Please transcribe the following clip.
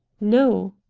no.